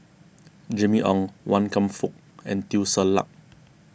Jimmy Ong Wan Kam Fook and Teo Ser Luck